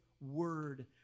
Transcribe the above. Word